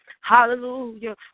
hallelujah